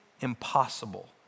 impossible